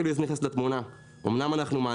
יעיל ומהיר ליזמים ולסטארט-אפים הצעירים,